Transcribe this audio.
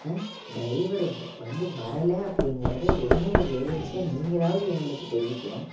ஆ ட்ரைவரை வந்து வரலை அப்படிங்கறத ஒன்று ஒரு ஏஜென்சியாக நீங்களாவது எங்களுக்கு தெரிவிக்கணும்